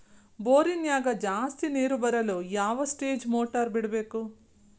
ಬೋರಿನ್ಯಾಗ ಜಾಸ್ತಿ ನೇರು ಬರಲು ಯಾವ ಸ್ಟೇಜ್ ಮೋಟಾರ್ ಬಿಡಬೇಕು?